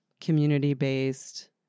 community-based